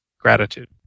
gratitude